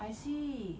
I see